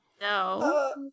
No